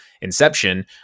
Inception